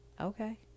Okay